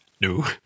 No